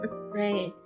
Right